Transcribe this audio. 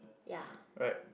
ya